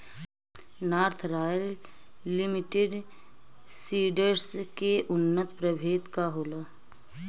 North Royal Limited Seeds के उन्नत प्रभेद का होला?